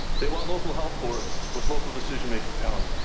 they want local health boards with local decision making caliber.